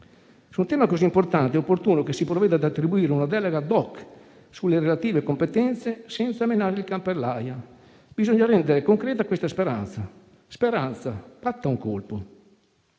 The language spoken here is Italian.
Su un tema così importante è opportuno che si provveda ad attribuire una delega *ad hoc* sulle relative competenze senza menare il can per l'aia. Bisogna rendere concreta questa speranza. Speranza, batta un colpo.